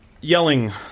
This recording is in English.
yelling